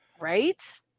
Right